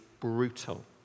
brutal